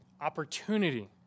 opportunity